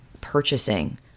purchasing